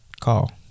Call